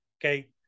Okay